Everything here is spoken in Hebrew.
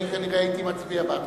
אני כנראה הייתי מצביע בעדך.